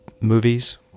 movies